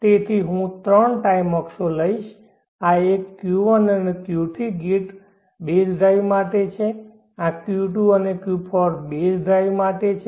તેથી હું 3 ટાઇમ અક્ષો લઈશ આ એક Q1 અને Q3 ગેટ બેઝ ડ્રાઇવ માટે છે આ Q2 અને Q4 બેઝ ડ્રાઇવ માટે છે